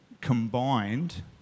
combined